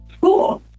Cool